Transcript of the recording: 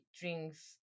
drinks